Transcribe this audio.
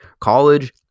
college